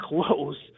close